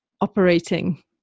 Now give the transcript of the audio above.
operating